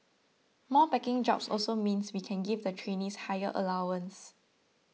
more packing jobs also means we can give the trainees higher allowances